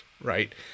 right